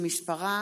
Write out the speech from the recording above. שמספרה